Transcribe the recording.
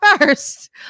first